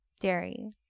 dairy